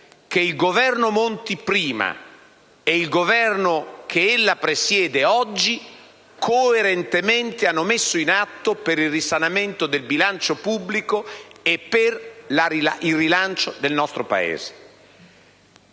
che il governo Monti prima e il governo che ella presiede oggi, coerentemente hanno messo in atto per il risanamento del bilancio pubblico e per il rilancio del nostro Paese.